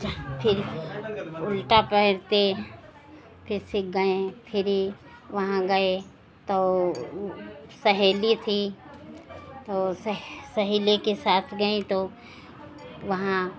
जा फिर उलटा तैरते फिर सीख गए फिर वहाँ गए तो सहेली थी तो सहेली के साथ गए तो वहाँ